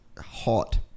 hot